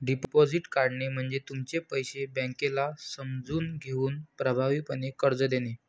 deposit काढणे म्हणजे तुमचे पैसे बँकेला समजून घेऊन प्रभावीपणे कर्ज देणे